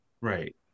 Right